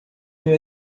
mil